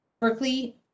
Berkeley